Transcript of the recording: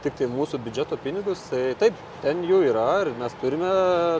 tiktai mūsų biudžeto pinigus tai taip ten jų yra ir mes turime